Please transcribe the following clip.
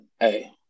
Hey